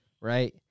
Right